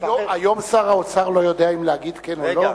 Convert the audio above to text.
היום שר האוצר לא יודע להגיד כן או לא?